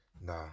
nah